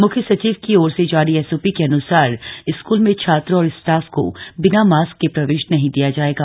मुख्य सचिव की ओर से जारी एसओपी के अनुसार स्कूल में छात्रों और स्टाफ को बिना मास्क के प्रवेश नहीं दिया जाएगा